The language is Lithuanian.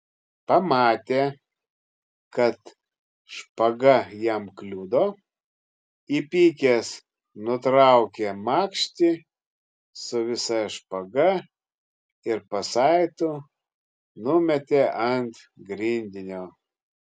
pamatė kad špaga jam kliudo įpykęs nutraukė makštį su visa špaga ir pasaitu numetė ant grindinio